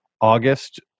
August